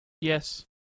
Yes